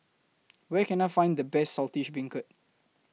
Where Can I Find The Best Saltish Beancurd